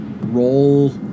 roll